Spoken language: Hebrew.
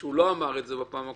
והוא לא אמר את זה בפעם הקודמת,